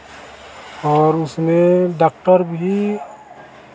और उसमें डॉक्टर भी